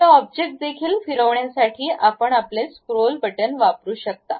आता ऑब्जेक्ट देखील फिरवण्यासाठी आपण आपले स्क्रोल बटण वापरू शकता